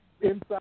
inside